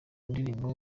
ndirimbo